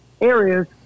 areas